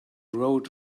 rode